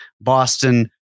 Boston